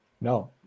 No